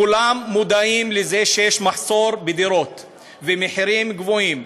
כולם מודעים לזה שיש מחסור בדירות והמחירים גבוהים.